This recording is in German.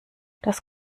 das